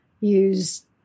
use